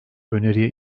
öneriye